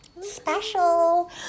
special